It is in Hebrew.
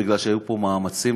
מפני שהיו פה מאמצים,